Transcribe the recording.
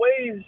ways